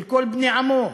של כל בני עמו,